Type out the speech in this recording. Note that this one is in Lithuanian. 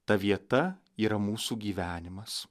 ta vieta yra mūsų gyvenimas